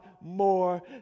more